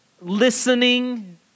listening